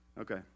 Okay